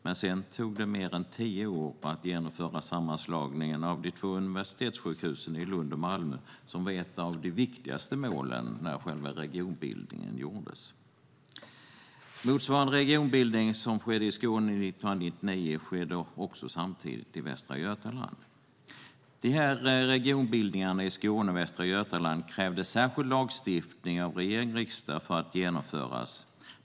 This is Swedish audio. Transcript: Men sedan tog det mer än tio år att genomföra sammanslagningen av de två universitetssjukhusen i Lund och Malmö, vilket var ett av de viktigaste målen när själva regionbildningen genomfördes. Motsvarande den regionbildning som skedde i Skåne 1999 skedde samtidigt i Västra Götaland. De här regionbildningarna i Skåne och Västra Götaland krävde särskild lagstiftning av regering och riksdag för att genomföras.